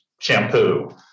shampoo